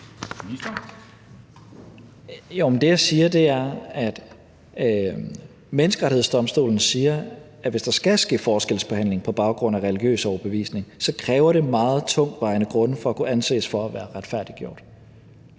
Det, jeg siger, er, at Menneskerettighedsdomstolen siger, at hvis der skal ske forskelsbehandling på baggrund af religiøs overbevisning, kræver det meget tungtvejende grunde for at kunne anses for at være retfærdiggjort.